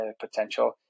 potential